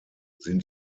sind